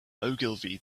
ogilvy